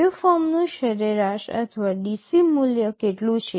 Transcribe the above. વેવફોર્મનું સરેરાશ અથવા DC મૂલ્ય કેટલું છે